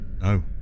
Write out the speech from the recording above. No